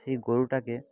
সেই গরুটাকে